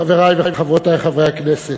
חברי וחברותי חברי הכנסת,